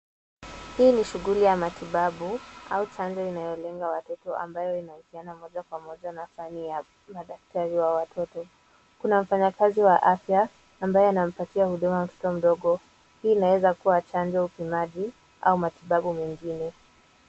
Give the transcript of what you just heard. Hii ni shughuli ya matibabu au chanzo inayolenga watoto ambayo inahusiana moja kwa moja na sanii ya madaktari wa watoto. Kuna mfanyakazi wa afya ambaye anampatia huduma mtoto mdogo. Hii inaweza kuwa chanjo ya upimaji au matibabu mengine.